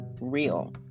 real